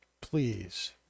please